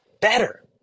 better